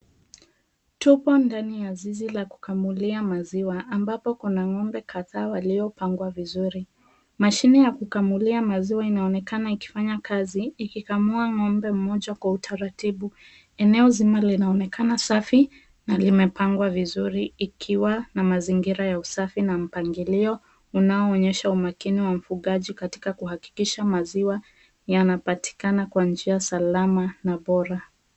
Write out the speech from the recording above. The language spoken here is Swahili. Tupo ndani ya zizi la kukamulia maziwa ambapo kuna ng'ombe kadhaa waliopangwa vizuri. Mashine ya kukamulia maziwa inaonekana ikifanya kazi ikikamua ng'ombe mmoja kwa utaratibu. Eneo nzima linaonekana safi na limepangwa vizuri ikiwa na mazingira ya usafi na mpangilio unaoonyesha umakini wa mfugaji katika kuhakikisha maziwa yanapatikana kwa njia salama na bora.